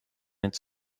its